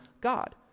god